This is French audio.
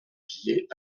billets